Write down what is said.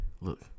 Look